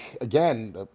again